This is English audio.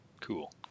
Cool